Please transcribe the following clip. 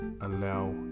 allow